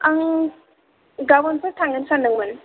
आं गाबोनफोर थांनो सानदोंमोन